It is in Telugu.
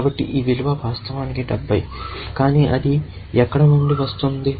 కాబట్టి ఈ విలువ వాస్తవానికి 70 కానీ అది ఎక్కడ నుండి వస్తోంది